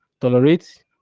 tolerate